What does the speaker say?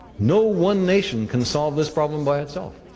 no one nation can solve this problem by itself.